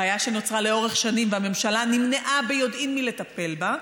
בעיה שנוצרה לאורך שנים והממשלה נמנעה ביודעין מלטפל בה,